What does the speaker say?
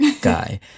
guy